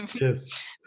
Yes